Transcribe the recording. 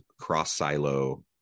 cross-silo